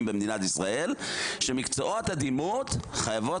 במדינת ישראל כך שבכל מקצועות הדימות חייבים